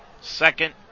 Second